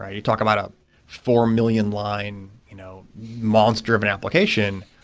yeah you talk about a four million line you know monster of an application,